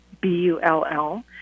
B-U-L-L